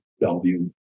Bellevue